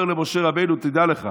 אומר למשה רבנו: תדע לך,